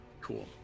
cool